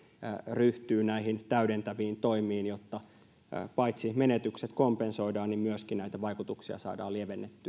ryhtyy näihin täydentäviin toimiin jotta paitsi menetykset kompensoidaan myöskin näitä vaikutuksia saadaan lievennettyä